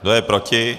Kdo je proti?